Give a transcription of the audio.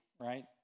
right